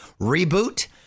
Reboot